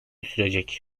sürecek